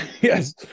yes